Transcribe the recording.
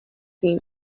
him